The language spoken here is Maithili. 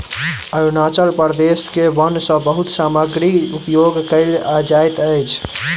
अरुणाचल प्रदेश के वन सॅ बहुत सामग्री उपयोग कयल जाइत अछि